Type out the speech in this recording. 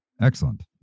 Excellent